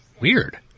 Weird